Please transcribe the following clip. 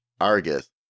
Argus